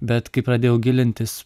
bet kai pradėjau gilintis